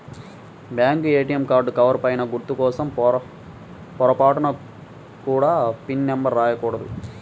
bank ATM card cover పైన గుర్తు కోసం పొరపాటున కూడా పిన్ నెంబర్ రాయకూడదు